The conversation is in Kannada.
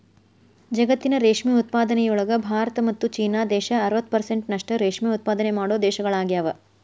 ಜಗತ್ತಿನ ರೇಷ್ಮೆ ಉತ್ಪಾದನೆಯೊಳಗ ಭಾರತ ಮತ್ತ್ ಚೇನಾ ದೇಶ ಅರವತ್ ಪೆರ್ಸೆಂಟ್ನಷ್ಟ ರೇಷ್ಮೆ ಉತ್ಪಾದನೆ ಮಾಡೋ ದೇಶಗಳಗ್ಯಾವ